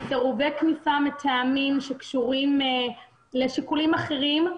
סירובי כניסה מטעמים שקשורים לשיקולים אחרים,